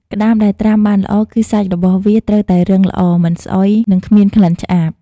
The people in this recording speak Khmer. ក្តាមដែលត្រាំបានល្អ គឺសាច់របស់វាត្រូវតែរឹងល្អ មិនស្អុយ និងគ្មានក្លិនឆ្អាប។